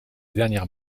dernière